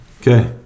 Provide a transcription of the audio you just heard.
Okay